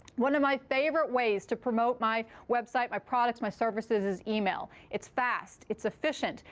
one of my favorite ways to promote my website, my products, my services, is email. it's fast. it's efficient.